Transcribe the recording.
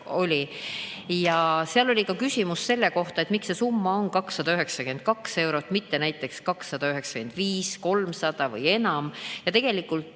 toimus. Seal oli ka küsimus selle kohta, miks see summa on 292 eurot, mitte näiteks 295, 300 või enam. Seepeale